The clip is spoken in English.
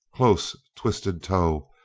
close twisted tow,